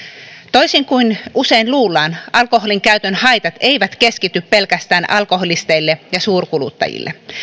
toisin kuin usein luullaan alkoholinkäytön haitat eivät keskity pelkästään alkoholisteille ja suurkuluttajille